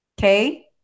okay